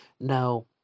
Now